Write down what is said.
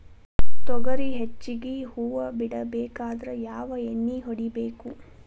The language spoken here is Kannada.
ತೊಗರಿ ಹೆಚ್ಚಿಗಿ ಹೂವ ಬಿಡಬೇಕಾದ್ರ ಯಾವ ಎಣ್ಣಿ ಹೊಡಿಬೇಕು?